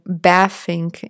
bathing